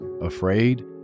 afraid